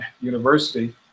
university